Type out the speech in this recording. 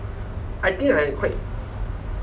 I think I quite